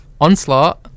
Onslaught